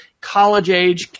college-age